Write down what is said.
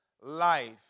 life